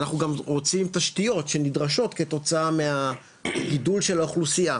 ואנחנו רוצים תשתיות שנדרשות כתוצאה מהגידול של האוכלוסייה,